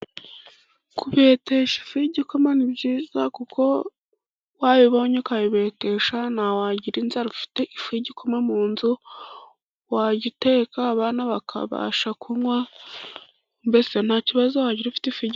Kubetesha ifu y'igikoma ni byiza kuko wayibonye ukayibetesha ntiwagira inzara, ufite ifu y'igikoma mu nzu wajya uteka abana bakabasha kunywa mbese nta kibazo wagira ufite ifu y'igikoma.